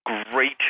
great